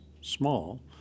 small